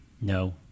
No